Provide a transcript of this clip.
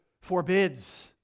forbids